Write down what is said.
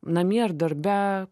namie ar darbe